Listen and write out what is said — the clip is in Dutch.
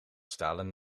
stalen